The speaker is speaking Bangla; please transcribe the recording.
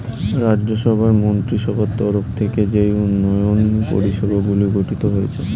রাজ্য সভার মন্ত্রীসভার তরফ থেকে যেই উন্নয়ন পরিষেবাগুলি গঠিত হয়েছে